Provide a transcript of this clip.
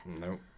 Nope